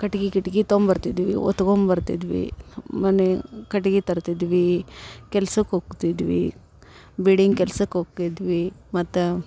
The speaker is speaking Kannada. ಕಟ್ಗೆ ಗಿಟ್ಗೆ ತೊಗೊಂಬರ್ತಿದ್ವಿ ಹೊತ್ಗೊಂಬರ್ತಿದ್ವಿ ಮನೆ ಕಟ್ಗೆ ತರ್ತಿದ್ವಿ ಕೆಲ್ಸಕ್ಕೆ ಹೋಗ್ತಿದ್ವಿ ಬಿಡಿಂಗ್ ಕೆಲ್ಸಕ್ಕೆ ಹೋಕ್ತಿದ್ವಿ ಮತ್ತು